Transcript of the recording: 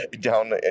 down